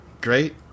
Great